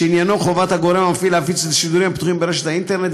שעניינו חובת הגורם המפעיל להפיץ את השידורים הפתוחים באינטרנט,